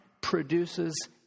produces